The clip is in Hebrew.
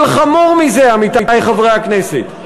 אבל חמור מזה, עמיתי חברי הכנסת,